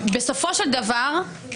מה זה הדורסנות הזאת?